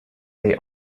they